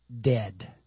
dead